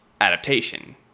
adaptation